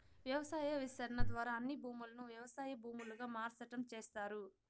వ్యవసాయ విస్తరణ ద్వారా అన్ని భూములను వ్యవసాయ భూములుగా మార్సటం చేస్తారు